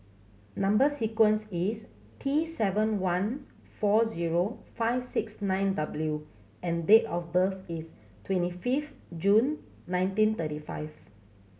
number sequence is T seven one four zero five six nine W and date of birth is twenty fifth June nineteen thirty five